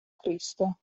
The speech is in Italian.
cristo